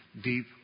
deep